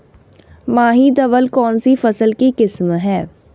माही धवल कौनसी फसल की किस्म है?